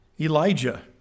Elijah